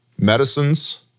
Medicines